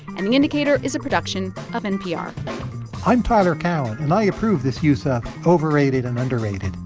and the indicator is a production of npr i'm tyler cowen, and i approve this use of overrated and underrated.